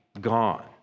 gone